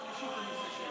4, כהצעת הוועדה,